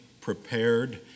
prepared